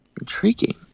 Intriguing